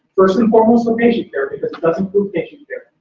first and foremost, for patient care, because it does improve patient care.